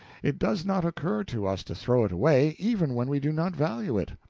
it does not occur to us to throw it away, even when we do not value it.